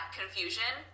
confusion